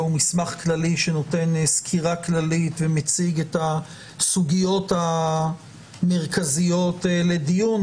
הוא מסמך כללי שנותן סקירה כללית ומציג את הסוגיות המרכזיות לדיון,